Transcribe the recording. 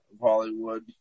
Hollywood